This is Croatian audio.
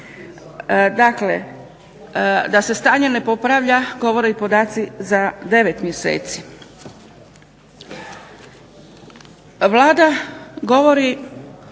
Dakle, da se stanje ne popravlja govore i podaci za 9 mjeseci.